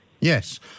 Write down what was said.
Yes